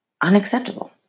unacceptable